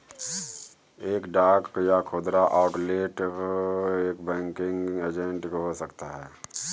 एक डाक या खुदरा आउटलेट एक बैंकिंग एजेंट हो सकता है